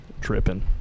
tripping